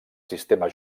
sistema